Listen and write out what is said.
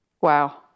Wow